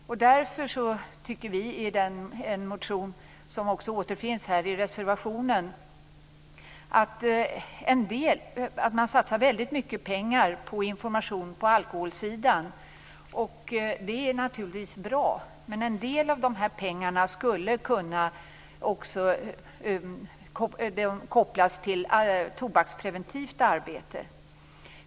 I en motion, vars skrivning också finns i en till betänkandet fogad reservation, talar vi om att väldigt mycket pengar satsas på information på alkoholsidan. Det är naturligtvis bra men en del av de pengarna skulle också kunna kopplas till tobakspreventivt arbete.